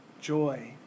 joy